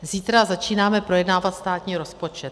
Zítra začínáme projednávat státní rozpočet.